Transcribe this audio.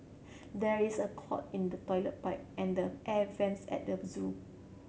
there is a clog in the toilet pipe and the air vents at the zoo